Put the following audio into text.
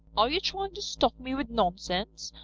are you trying to stuff me with nonsense?